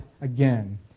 again